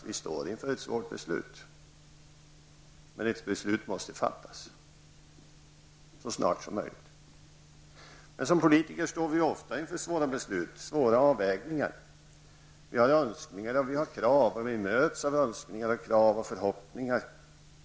Vi står inför ett svårt beslut, men ett beslut måste fattas så snart som möjligt. Politiker står ofta inför svåra beslut och avvägningar. Vi har själva önskningar och krav, samtidigt som vi möts av önskningar, krav och förhoppningar.